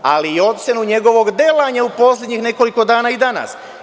Ali, i ocenu njegovog delanja u poslednjih nekoliko dana i danas.